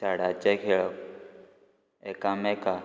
झाडाचे खेळप एकामेका